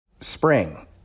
Spring